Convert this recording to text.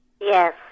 Yes